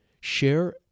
Share